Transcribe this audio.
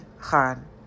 Khan